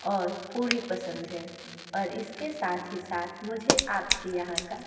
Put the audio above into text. ओर पूरी पसंद है और इसके साथ ही साथ मुझे आप के यहाँ का